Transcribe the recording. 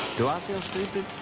do i feel stupid?